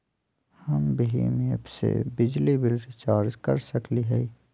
हम भीम ऐप से बिजली बिल रिचार्ज कर सकली हई?